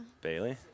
Bailey